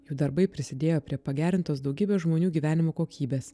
jų darbai prisidėjo prie pagerintos daugybės žmonių gyvenimo kokybės